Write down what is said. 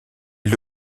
est